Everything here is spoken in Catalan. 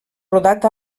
rodat